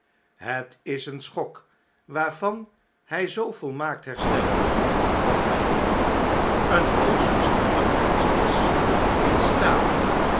het is een schok waarvan hy zoo volmaakt herstelde dat hy nu een hoogst verstandig mensch is in staat